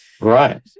right